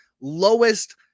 lowest